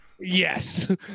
yes